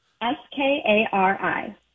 S-K-A-R-I